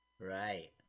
Right